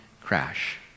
crash